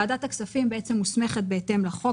ועדת הכספים מוסמכת בהתאם לחוק,